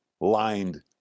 lined